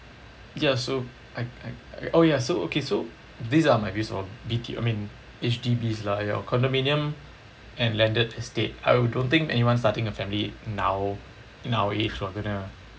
ya so I I oh ya so okay so these are my views on B_T I mean H_D_Bs lah you know condominium and landed estate I don't think anyone starting a family now in our age will going to